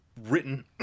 written